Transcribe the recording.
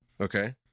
Okay